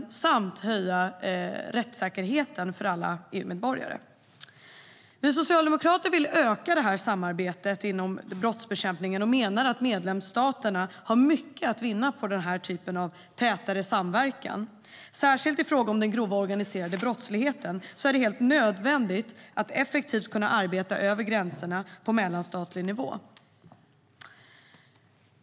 Erkännande och uppföljning av beslut om övervaknings-åtgärder inom Europeiska unionen Vi socialdemokrater vill öka samarbetet inom brottsbekämpningen och menar att medlemsstaterna har mycket att vinna på den här typen av tätare samverkan. Särskilt i fråga om den grova organiserade brottsligheten är det helt nödvändigt att effektivt kunna arbeta över gränserna på mellanstatlig nivå.